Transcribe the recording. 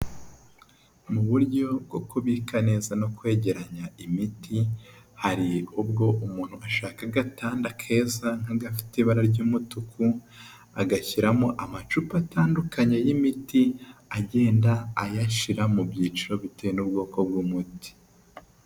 Mu buryo bwo kubika neza no kwegeranya imiti hari ubwo umuntu ashaka agatanda keza nk'agafite ibara ry'umutuku agashyiramo amacupa atandukanye y'imiti agenda ayashyira mu byiciro bitewe n'ubwoko bw'umuti.